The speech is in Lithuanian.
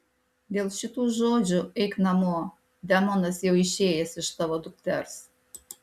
dėl šitų žodžių eik namo demonas jau išėjęs iš tavo dukters